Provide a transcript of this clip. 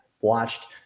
watched